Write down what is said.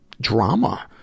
drama